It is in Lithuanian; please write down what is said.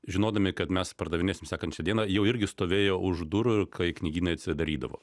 žinodami kad mes pardavinėsim sekančią dieną jau irgi stovėjo už durų ir kai knygynai atsidarydavo